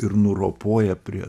ir nuropoja prie